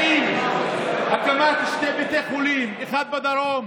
האם הקמת שני בתי חולים, אחד בדרום,